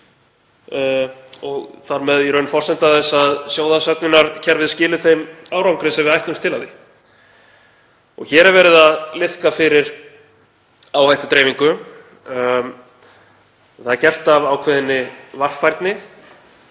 og þar með í raun forsenda þess að sjóðsöfnunarkerfið skili þeim árangri sem við ætlumst til af því. Hér er verið að liðka fyrir áhættudreifingu og það er gert af ákveðinni varfærni.